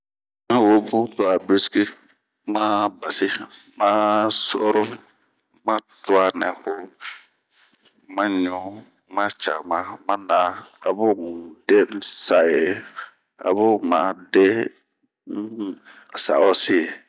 N'yi webun to a biscuit ma basi ma su'aro, ma tua nɛ hoo ma ɲu ma na'an ma cama, a bunh n'de n'sa'osi.